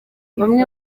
bamwe